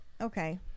Okay